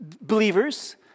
believers